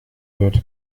wird